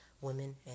women